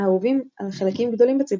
האהובים על חלקים גדולים בציבור,